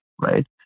right